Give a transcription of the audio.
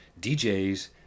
DJs